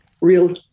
Real